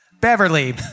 Beverly